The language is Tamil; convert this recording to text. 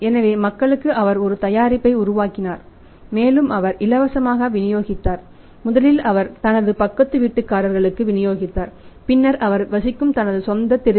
எனவே மக்களுக்கு அவர் ஒரு தயாரிப்பை உருவாக்கினார் மேலும் அவர் இலவசமாக விநியோகிதார் முதலில் அவர் தனது பக்கத்து வீட்டுக்காரருக்கு விநியோகித்தார் பின்னர் அவர் வசிக்கும் தனது சொந்த தெருவில்